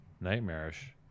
nightmarish